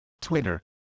Twitter